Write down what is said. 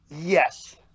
Yes